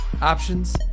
options